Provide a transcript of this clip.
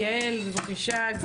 יעל, בבקשה.